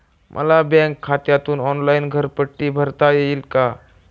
मला बँक खात्यातून ऑनलाइन घरपट्टी भरता येईल का?